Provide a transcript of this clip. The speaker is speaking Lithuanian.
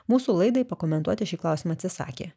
mūsų laidai pakomentuoti šį klausimą atsisakė